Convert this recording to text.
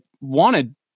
wanted